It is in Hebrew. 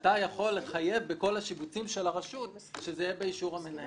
אתה יכול לחייב בכל השיבוצים של הרשות שזה יהיה באישור המנהל.